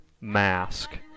mask